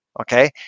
Okay